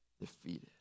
defeated